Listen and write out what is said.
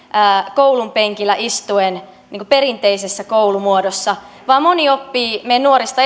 koulunpenkillä istuen niin kuin perinteisessä koulumuodossa vaan moni meidän nuorista